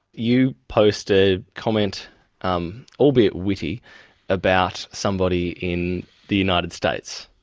you post a comment um albeit witty about somebody in the united states.